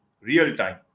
real-time